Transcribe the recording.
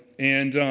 and